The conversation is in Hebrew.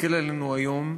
שמסתכל עלינו היום,